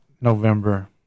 November